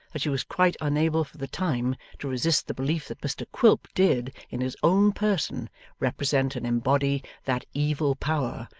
that she was quite unable for the time to resist the belief that mr quilp did in his own person represent and embody that evil power,